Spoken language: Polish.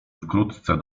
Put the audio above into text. wkrótce